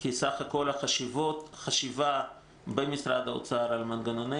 כי סך הכול החשיבה במשרד האוצר על מנגנוני